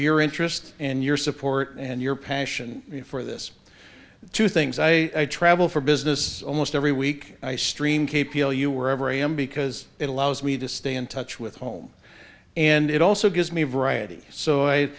your interest and your support and your passion for this two things i travel for business almost every week i stream k p all you were ever am because it allows me to stay in touch with home and it also gives me variety so